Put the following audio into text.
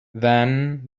then